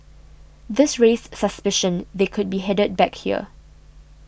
this raised suspicion they could be headed back here